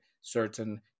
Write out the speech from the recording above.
certain